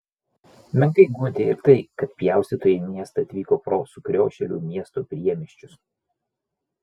menkai guodė ir tai kad pjaustytojai į miestą atvyko pro sukriošėlių miesto priemiesčius